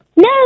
No